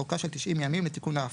אורכה של תשעים ימים לתיקון ההפרה,